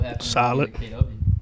Solid